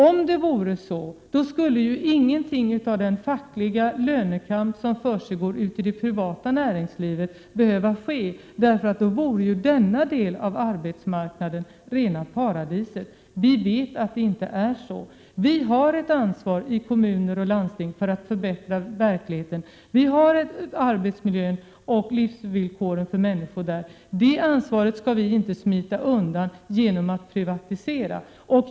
Om det vore så, skulle ju ingenting av den fackliga lönekamp som försiggår ute i det privata näringslivet behöva ske, för då vore ju denna del på arbetsmarknaden rena paradiset. Vi vet att det inte förhåller sig så. Kommuner och landsting har ett ansvar för att förbättra verkligheten, arbetsmiljö och livsvillkor för människor. Detta ansvar skall vi inte smita undan genom att privatisera.